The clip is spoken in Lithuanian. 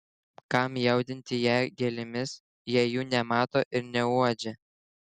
kam jaudinti ją gėlėmis jei jų nemato ir neuodžia